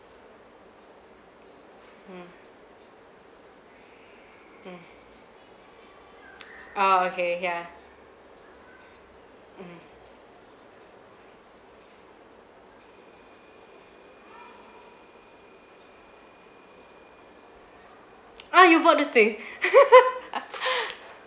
hmm mmhmm oh okay yeah mmhmm oh you bought the thing